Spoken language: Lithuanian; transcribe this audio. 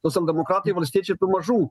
socialdemokratai valstiečiai tų mažų